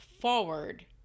forward